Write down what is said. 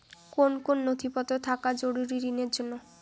কোন কোন নথিপত্র থাকা জরুরি ঋণের জন্য?